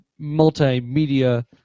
multimedia